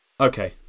Okay